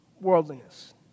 Worldliness